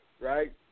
right